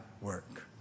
work